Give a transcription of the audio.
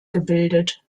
gebildet